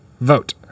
vote